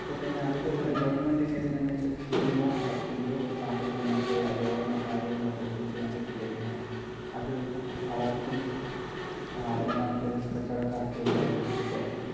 അപ്പം തന്നെ അതിന്റെ കൂടെ ഗവൺമെൻറ്റിനിതിനെന്തെങ്കിലും സ്കീമോ സബ്സീസിഡിയൊ സാമ്പത്തികമായിട്ടുള്ള ലോണോ കാര്യങ്ങളോ എന്തെങ്കിലും ചെയ്യാൻ പറ്റിക്കഴിഞ്ഞാൽ അതും അവർക്കും ഉൾ നാട്ടിലെ ബിസ്ക്കച്ചവടക്കാർക്കും ഒരുപാട് ബെനഫിറ്റായിരിക്കും